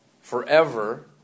forever